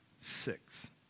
six